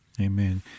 Amen